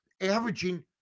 averaging